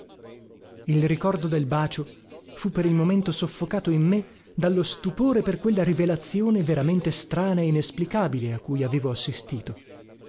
il ricordo del bacio fu per il momento soffocato in me dallo stupore per quella rivelazione veramente strana e inesplicabile a cui avevo assistito